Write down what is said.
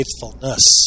faithfulness